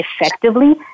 effectively